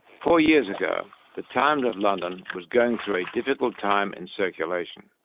four years ago the times of london was going through a difficult time in circulation.